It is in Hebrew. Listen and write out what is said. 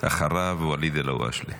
אחריו, ואליד אלהואשלה.